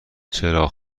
چراغ